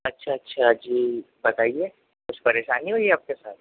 اچھا اچھا جی بتائیے کچھ پریشانی ہوئی ہے آپ کے ساتھ